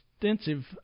extensive